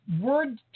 word